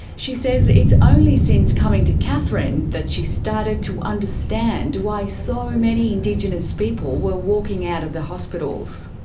she says it's only since coming to katherine that she started to understand understand why so many indigenous people were walking out of the hospitals.